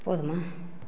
போதுமா